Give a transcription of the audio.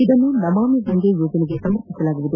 ಇದನ್ನು ನಮಾಮಿ ಗಂಗೆ ಯೋಜನೆಗೆ ಸಮರ್ಪಿಸಲಾಗುವುದು